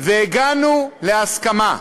והגענו להסכמה.